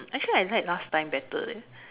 actually I like last time better leh